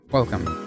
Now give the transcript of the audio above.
Welcome